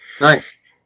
Nice